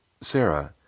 Sarah